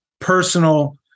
personal